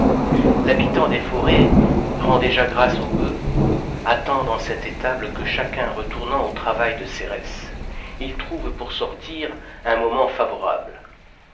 l'habitant des forêts rend déjà grâce aux bœufs attend dans cette étable que chacun retournant au travail de cérès il trouve pour sortir un moment favorable